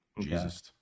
Jesus